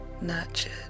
nurtured